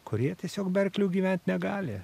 kurie tiesiog be arklių gyvent negali